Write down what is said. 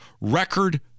record